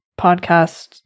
podcast